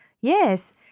Yes